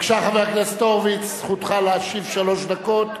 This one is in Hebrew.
בבקשה, חבר הכנסת הורוביץ, זכותך להשיב שלוש דקות.